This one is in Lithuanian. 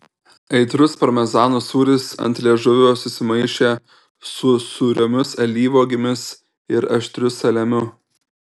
aitrus parmezano sūris ant liežuvio susimaišė su sūriomis alyvuogėmis ir aštriu saliamiu